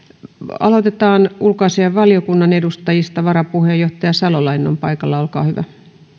aloitetaan ulkoasiainvaliokunnan edustajista varapuheenjohtaja salolainen on paikalla olkaa hyvä